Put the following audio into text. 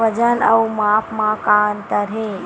वजन अउ माप म का अंतर हे?